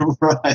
Right